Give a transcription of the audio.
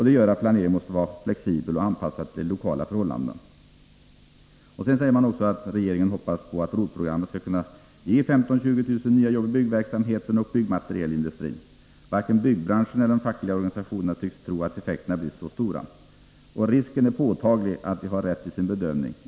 Det gör att planeringen måste vara flexibel och anpassad till de lokala förhållandena.” Sedan säger man också: ”Regeringen hoppas att ROT-programmet skall kunna ges 15 000-20 000 nya jobb i byggverksamheten och byggmaterielindustrin. Varken byggbranschen eller de fackliga organisationerna tycks tro att effekterna blir så stora. Risken är påtaglig att de har rätt i sin bedömning.